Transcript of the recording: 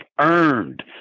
earned